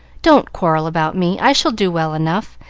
don't quarrel about me. i shall do well enough,